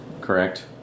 correct